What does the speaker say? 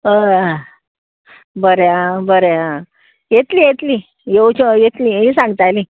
हय बरें आं बरें आं येतली येतली येवच्यो येतली ही सांगताली